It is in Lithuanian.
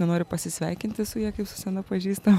na nori pasisveikinti su ja kaip su sena pažįstama